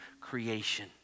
creation